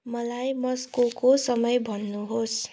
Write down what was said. मलाई मास्कोको समय भन्नुहोस्